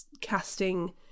casting